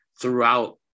throughout